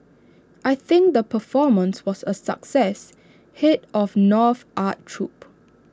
I think the performance was A success Head of North's art troupe